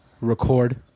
record